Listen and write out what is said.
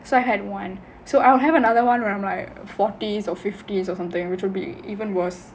so I had one so I will have another one when I'm in my forties or fifties or something which would be even worse